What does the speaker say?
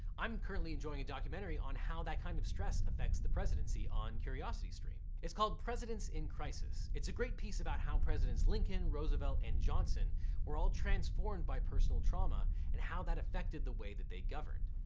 i'm currently enjoying a documentary on how that kind of stress effects the presidency on curiosity stream. its called presidents in crisis. its a great piece about how presidents lincoln, roosevelt, and johnson were all transformed by personal trauma and how that affected the way that they governed.